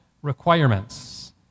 requirements